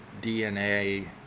DNA